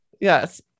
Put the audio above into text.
Yes